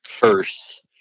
curse